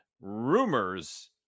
rumors